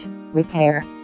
repair